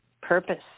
purpose